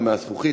מהזכוכית,